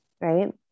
right